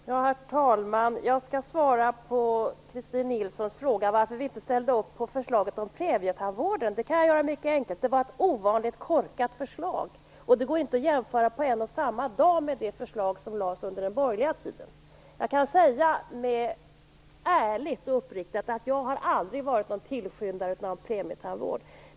Herr talman! Jag skall svara på Christin Nilssons fråga om varför vi inte ställde upp på förslaget om premietandvården. Det kan jag göra mycket enkelt. Det var ett ovanligt korkat förslag. Det går inte att jämföra på en och samma dag med det förslag som lades fram under den borgerliga tiden. Jag kan ärligt och uppriktigt säga att jag aldrig har varit någon tillskyndare av premietandvård.